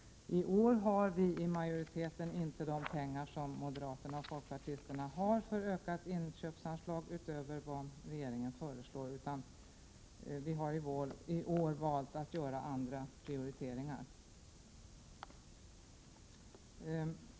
I år har vi i majoriteten inte velat anvisa de pengar som moderaterna och folkpartisterna har tagit upp för ökat inköpsanslag utöver vad regeringen föreslår, utan vi har i år valt att göra andra prioriteringar.